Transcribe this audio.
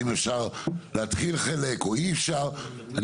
אם אפשר להתחיל חלק או אי-אפשר אני